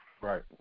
Right